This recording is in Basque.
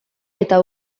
eta